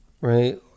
right